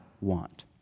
want